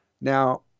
Now